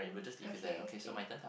okay okay